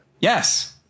Yes